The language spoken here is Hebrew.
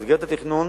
במסגרת התכנון